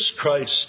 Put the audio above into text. Christ